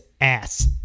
ass